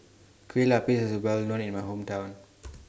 Kueh Lapis IS Well known in My Hometown